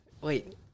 Wait